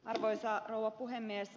arvoisa rouva puhemies